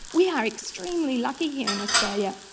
we are extremely lucky here in australia.